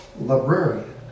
librarian